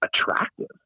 attractive